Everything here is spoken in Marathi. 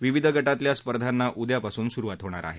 विविध गटातल्या स्पर्धांना उद्यापासून सुरुवात होणार आहे